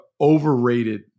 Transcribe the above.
overrated